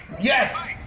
Yes